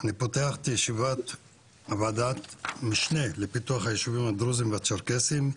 אני פותח את ישיבת ועדת המשנה לפיתוח הישובים הדרוזים והצ'רקסיים.